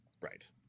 right